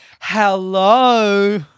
Hello